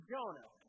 Jonah